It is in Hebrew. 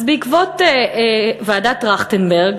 בעקבות ועדת טרכטנברג,